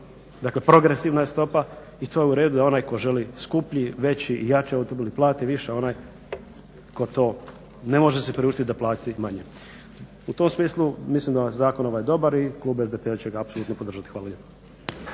dakle progresivna je stopa i to je u redu da onaj tko želi skupljiji, veći i jači automobil plati više, a onaj tko to ne može si priuštiti, da plati manje. U tom smislu, mislim da je ovaj zakon dobar i klub SDP-a će ga apsolutno podržati. Hvala